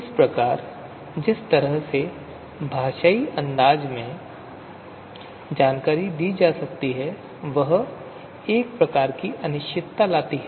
इस प्रकार जिस तरह से भाषाई अंदाज में जानकारी दी जाती है वह अनिश्चितता लाती है